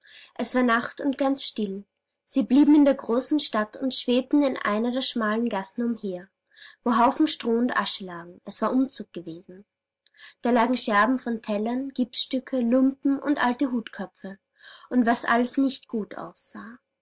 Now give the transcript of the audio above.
es war nacht und ganz still sie blieben in der großen stadt und schwebten in einer der schmalen gassen umher wo haufen stroh und asche lagen es war umzug gewesen da lagen scherben von tellern gipsstücke lumpen und alte hutköpfe was alles nicht gut aussah